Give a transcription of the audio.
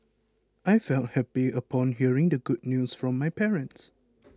I felt happy upon hearing the good news from my parents